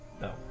No